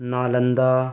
Nalanda